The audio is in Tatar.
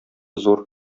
зур